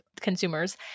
consumers